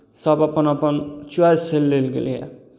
सभ अपन अपन च्वाइससँ लेल गेलैए